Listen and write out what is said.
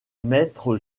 maître